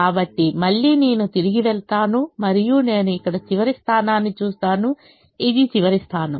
కాబట్టి మళ్ళీ నేను తిరిగి వెళ్తాను మరియు నేను ఇక్కడ చివరి స్థానాన్ని చూస్తాను ఇది చివరి స్థానం